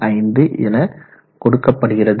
25 என கொடுக்கப்படுகிறது